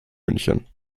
münchen